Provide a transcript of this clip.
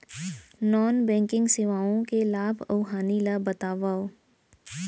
non banking सेवाओं के लाभ अऊ हानि ला बतावव